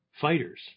fighters